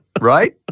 Right